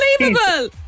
Unbelievable